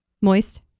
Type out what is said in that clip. Moist